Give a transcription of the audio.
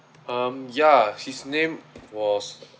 um ya she's name was